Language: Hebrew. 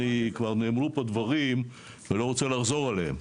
נאמרו פה דברים ולא רוצה לחזור אליהם.